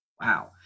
Wow